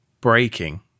breaking